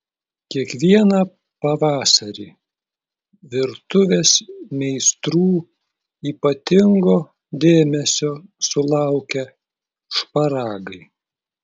kiekvieną pavasarį virtuvės meistrų ypatingo dėmesio sulaukia šparagai